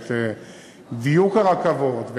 ואת דיוק הרכבות,